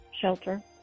shelter